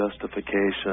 justification